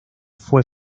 fue